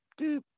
doop